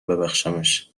ببخشمش